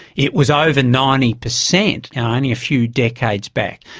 it was over ninety percent only a few decades back,